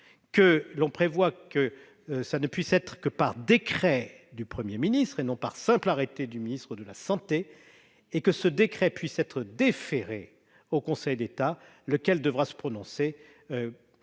il ne pourra le faire que par décret du Premier ministre, et non par simple arrêté du ministre de la santé, et ce décret pourra être déféré au Conseil d'État, lequel devra se prononcer